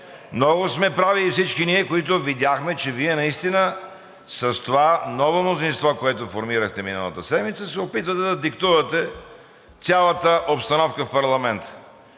много сме прави и всички ние, които видяхме, че Вие наистина с това ново мнозинство, което формирахте миналата седмица, се опитвате да диктувате цялата обстановка в парламента.